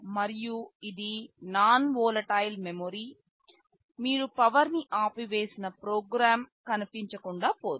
మరియు ఇది non volatile memory మీరు పవర్ ని ఆపివేసిన ప్రోగ్రామ్ కనిపించకుండా పోదు